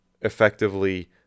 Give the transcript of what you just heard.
effectively